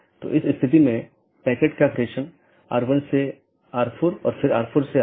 इसलिए जब कोई असामान्य स्थिति होती है तो इसके लिए सूचना की आवश्यकता होती है